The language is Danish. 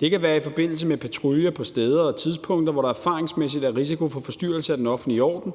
Det kan være i forbindelse med patruljer på steder og tidspunkter, hvor der erfaringsmæssigt er risiko for forstyrrelse af den offentlige orden,